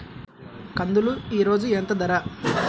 కందులు ఈరోజు ఎంత ధర?